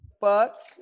Books